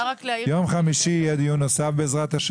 ביום חמישי יהיה דיון נוסף, בעזרת ה'.